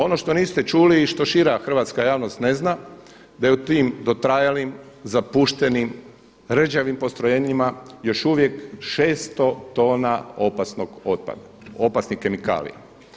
Ono što niste čuli i što šira hrvatska javnost ne zna da je u tim dotrajalim, zapuštenim, rđavim postrojenjima još uvijek 600 tona opasnog otpada, opasnih kemikalija.